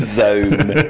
zone